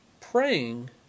Praying